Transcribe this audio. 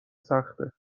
سخته